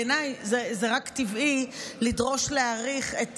בעיניי זה רק טבעי לדרוש להאריך את